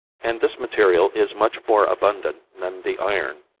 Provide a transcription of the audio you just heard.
and this material is much more abundant than the iron.